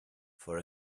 for